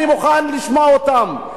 אני מוכן לשמוע אותם,